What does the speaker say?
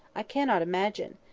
i cannot imagine.